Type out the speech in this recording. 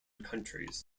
countries